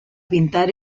pintar